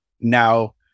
now